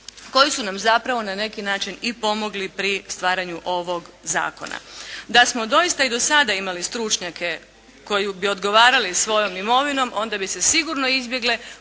koji su nam zapravo na neki način i pomogli pri stvaranju ovog Zakona. Da smo doista i do sada imali stručnjake koji bi odgovarali svojom imovinom, onda bi se sigurno izbjegle